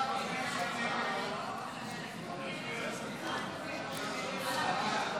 ההצעה להעביר את הצעת חוק לתיקון פקודת בתי הסוהר (הוראת שעה),